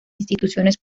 instituciones